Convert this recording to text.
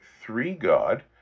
three-god